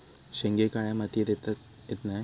शेंगे काळ्या मातीयेत का येत नाय?